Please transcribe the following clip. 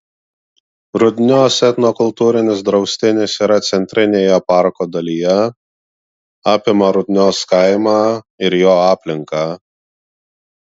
rudnios etnokultūrinis draustinis yra centrinėje parko dalyje apima rudnios kaimą ir jo aplinką